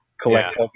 collect